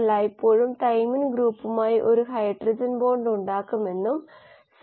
അതായത് കോശത്തിനുള്ളിലെ പിഎച്ചിന്റെ അളവ് ഇത് കോശങ്ങൾക്കുള്ളിലെ പിഎച്ച് ആണെന്ന് നിങ്ങൾക്കറിയാം